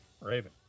Raven